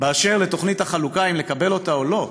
באשר לתוכנית החלוקה, אם לקבל אותה או לא,